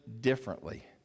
differently